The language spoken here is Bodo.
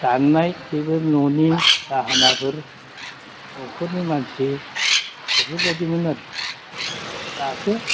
दाननाय जेबो न'नि दाहोनाफोर न'खरनि मानसि बेफोर बायदिमोन आरो दासो